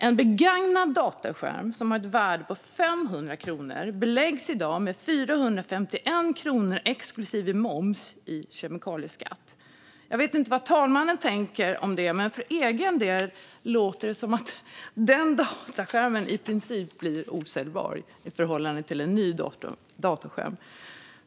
En begagnad datorskärm som har ett värde på 500 kronor beläggs i dag med 451 kronor exklusive moms i kemikalieskatt. Jag vet inte vad talmannen tänker om det, men för mig låter det som att den datorskärmen i princip blir osäljbar i förhållande till en ny datorskärm.